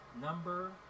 number